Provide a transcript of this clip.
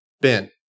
Ben